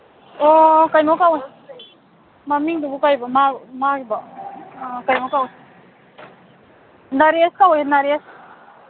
ꯑꯣ ꯀꯩꯅꯣ ꯀꯧꯋꯦ ꯃꯃꯤꯡꯗꯨꯕꯨ ꯀꯩꯕ ꯃꯥꯒꯤꯗꯣ ꯀꯩꯅꯣ ꯀꯧꯋꯦ ꯅꯔꯦꯁ ꯀꯧꯋꯦ ꯅꯔꯦꯁ